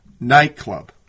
nightclub